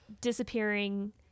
disappearing